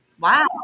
Wow